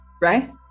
Right